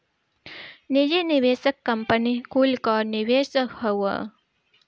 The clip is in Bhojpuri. निजी निवेशक कंपनी कुल कअ निवेश हअ